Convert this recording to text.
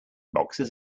boxes